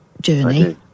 journey